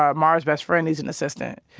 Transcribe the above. um mara's best friend needs an assistant.